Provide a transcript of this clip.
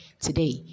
today